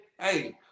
hey